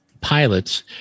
pilots